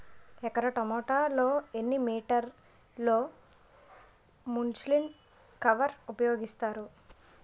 ఎకర టొమాటో లో ఎన్ని మీటర్ లో ముచ్లిన్ కవర్ ఉపయోగిస్తారు?